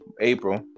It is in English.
April